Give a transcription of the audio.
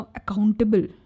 accountable